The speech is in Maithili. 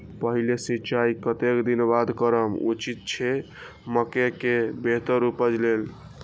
पहिल सिंचाई कतेक दिन बाद करब उचित छे मके के बेहतर उपज लेल?